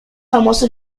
famoso